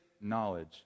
knowledge